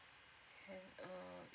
err